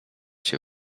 się